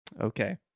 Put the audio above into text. Okay